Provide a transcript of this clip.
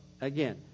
again